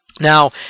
Now